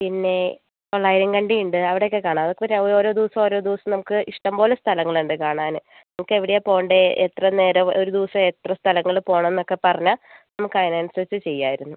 പിന്നെ തൊള്ളായിരം കണ്ടിയുണ്ട് അവിടെ ഒക്കെ കാണാം നമുക്ക് ഓരോ ദിവസം ഓരോ ദിവസം നമുക്ക് ഇഷ്ടംപോലെ സ്ഥലങ്ങളുണ്ട് കാണാൻ നിങ്ങൾക്ക് എവിടെയാണ് പോവേണ്ടത് എത്ര നേരം ഒരു ദിവസം എത്ര സ്ഥലങ്ങൾ പോവണം എന്നൊക്കെ പറഞ്ഞാൽ നമുക്ക് അതിനനുസരിച്ച് ചെയ്യാമായിരുന്നു